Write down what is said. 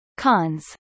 Cons